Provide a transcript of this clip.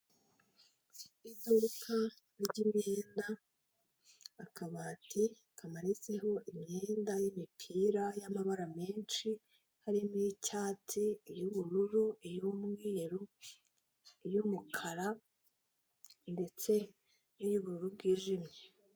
Iduka ry'imyenda, akabati kamanitseho imyenda y'imipira y'amabara menshi harimo iy'icyatsi, iy'ubururu, iy'umweru, iy'umukara ndetse n'iy'ubururu bwijimye.